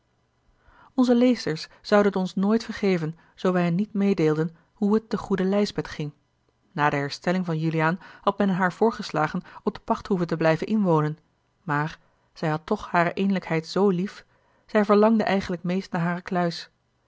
onze lezers zouden het ons nooit vergeven zoo wij hen niet meêdeelden hoe het de goede lijsbeth ging na de herstelling van juliaan had men haar voorgeslagen op de pachthoeve te blijven inwonen maar zij had toch hare eenlijkheid zoo lief zij verlangde eigenlijk meest naar hare kluis